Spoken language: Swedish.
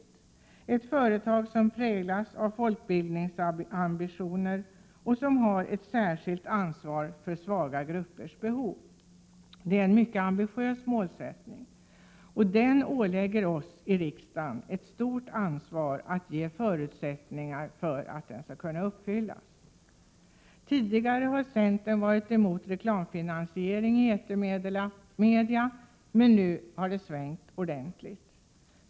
Det skall vidare vara ett företag som präglas av folkbildningsambitioner och som har ett särskilt ansvar för svaga gruppers behov. Det är en mycket ambitiös målsättning, och den ålägger oss i riksdagen ett stort ansvar att ge förutsättningar för att den skall kunna uppfyllas. Centern har tidigare varit emot reklamfinansiering i etermedia, men det har svängt ordentligt.